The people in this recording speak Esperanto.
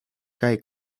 kaj